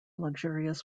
luxurious